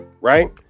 Right